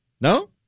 No